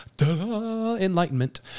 enlightenment